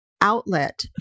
outlet